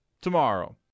tomorrow